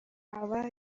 aba